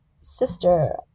sister